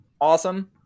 awesome